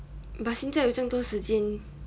but 现在有这样多时间